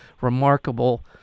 remarkable